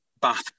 Bath